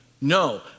No